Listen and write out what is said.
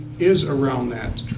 is around that.